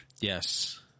Yes